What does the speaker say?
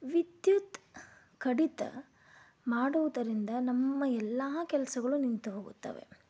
ವಿದ್ಯುತ್ ಕಡಿತ ಮಾಡುವುದರಿಂದ ನಮ್ಮ ಎಲ್ಲ ಕೆಲಸಗಳು ನಿಂತುಹೋಗುತ್ತವೆ